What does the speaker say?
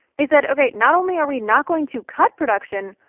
they said, ok, not only are we not going to cut production,